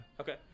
Okay